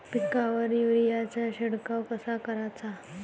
पिकावर युरीया चा शिडकाव कसा कराचा?